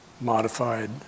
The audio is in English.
modified